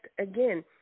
again